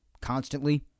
constantly